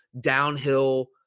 downhill